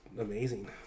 amazing